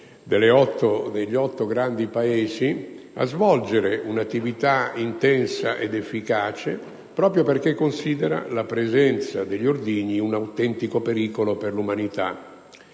stessi otto grandi Paesi a svolgere un'attività intensa ed efficace, proprio perché si considera la presenza degli ordigni un autentico pericolo per l'umanità.